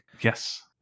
Yes